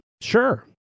Sure